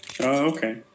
Okay